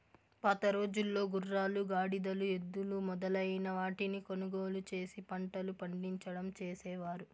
పాతరోజుల్లో గుర్రాలు, గాడిదలు, ఎద్దులు మొదలైన వాటిని కొనుగోలు చేసి పంటలు పండించడం చేసేవారు